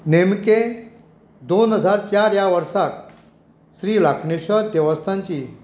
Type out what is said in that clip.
नेमकें दोन हजार चार ह्या वर्साक श्रीराखणेश्वर देवस्थानची